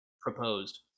proposed